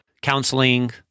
counseling